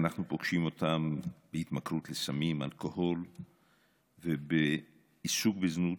אנחנו פוגשים אותם בהתמכרות לסמים ולאלכוהול ובעיסוק בזנות.